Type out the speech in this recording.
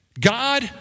God